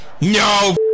no